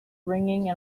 ringing